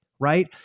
right